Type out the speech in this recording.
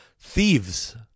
thieves